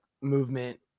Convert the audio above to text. movement